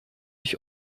ich